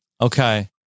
Okay